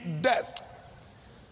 death